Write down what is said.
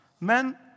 Men